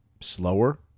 slower